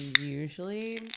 usually